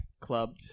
club